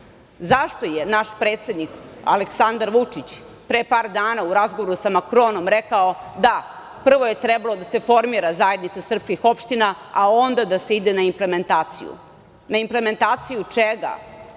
Zašto je naš predsednik Aleksandar Vučić pre par dana u razgovorom sa Makronom rekao da je prvo trebalo da se formira zajednica srpskih opština, a onda da se ide na implementaciju. Na implementaciju čega?